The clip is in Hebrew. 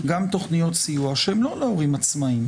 גם תוכניות סיוע שהן לא להורים עצמאיים.